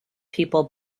people